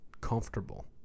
comfortable